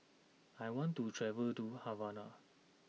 I want to travel to Havana